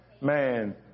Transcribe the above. man